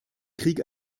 krieg